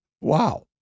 Wow